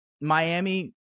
Miami